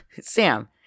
sam